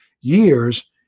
years